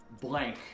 blank